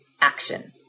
action